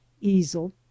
easel